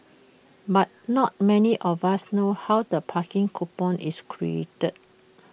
but not many of us know how the parking coupon is created